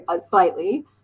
slightly